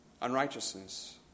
unrighteousness